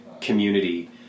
community